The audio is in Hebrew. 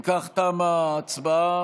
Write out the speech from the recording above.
אם כך, תמה ההצבעה.